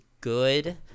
good